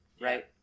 Right